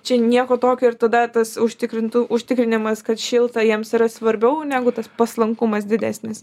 čia nieko tokio ir tada tas užtikrintų užtikrinimas kad šilta jiems yra svarbiau negu tas paslankumas didesnis